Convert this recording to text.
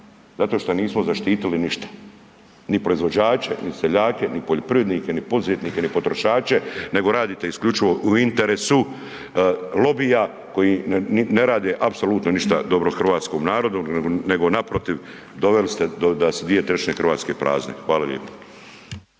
Zato šta nismo zaštitili ništa, ni proizvođače, ni seljake, ni poljoprivrednike, ni poduzetnike, ni potrošače nego radite isključivo u interesu lobija koji ne rade apsolutno ništa dobro hrvatskom narodu, nego naprotiv doveli ste da su 2/3 Hrvatske prazne. Hvala lijepo.